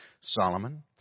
Solomon